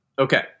Okay